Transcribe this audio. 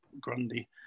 Grundy